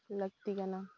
ᱞᱟᱹᱠᱛᱤ ᱠᱟᱱᱟ